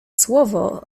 słowo